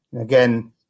again